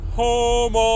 home